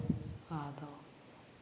ᱟᱫᱚ